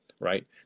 Right